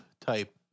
type